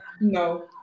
No